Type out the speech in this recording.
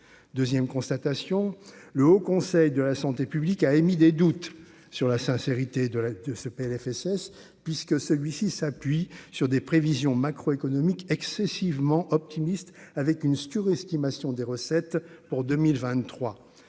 2ème constatation, le Haut Conseil de la santé publique, a émis des doutes sur la sincérité de la de ce Plfss puisque celui-ci s'appuie sur des prévisions macroéconomiques excessivement optimiste avec une surestimation des recettes pour 2023